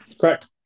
Correct